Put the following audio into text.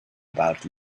about